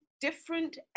Different